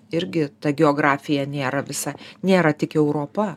irgi ta geografija nėra visa nėra tik europa